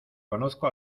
conozco